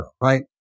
right